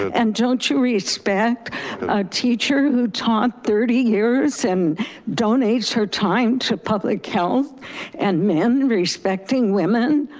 and don't you respect a teacher who taught thirty years and donates her time to public health and men respecting women?